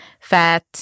fat